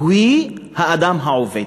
היא האדם העובד.